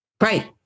Right